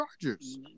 Chargers